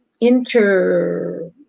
inter